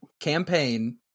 Campaign